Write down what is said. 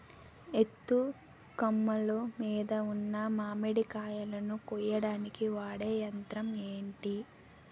ఎత్తు కొమ్మలు మీద ఉన్న మామిడికాయలును కోయడానికి వాడే యంత్రం ఎంటి?